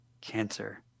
Cancer